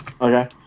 Okay